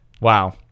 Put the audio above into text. Wow